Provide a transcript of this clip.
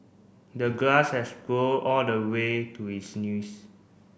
the grass has grow all the way to his knees